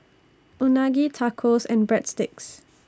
Unagi Tacos and Breadsticks